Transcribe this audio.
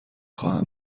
خواهم